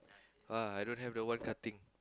ah I don't have the one cutting